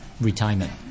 retirement